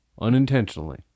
Unintentionally